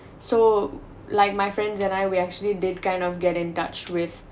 so like my friends and I we actually did kind of get in touch with